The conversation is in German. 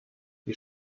die